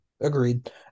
Agreed